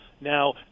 Now